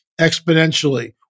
exponentially